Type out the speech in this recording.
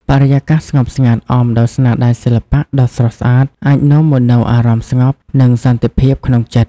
បរិយាកាសស្ងប់ស្ងាត់ អមដោយស្នាដៃសិល្បៈដ៏ស្រស់ស្អាត អាចនាំមកនូវអារម្មណ៍ស្ងប់ និងសន្តិភាពក្នុងចិត្ត។